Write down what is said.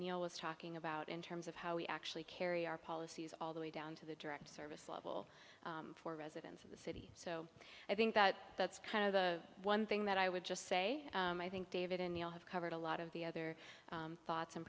that was talking about in terms of how we actually carry our policies all the way down to the direct service level for residents of the city so i think that that's kind of the one thing that i would just say i think david and the i have covered a lot of the other thoughts and